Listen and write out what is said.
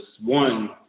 one